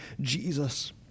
Jesus